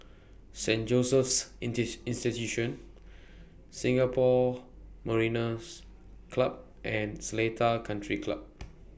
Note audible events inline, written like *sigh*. Saint Joseph's *unintelligible* Institution Singapore Mariners' Club and Seletar Country Club